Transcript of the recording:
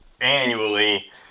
annually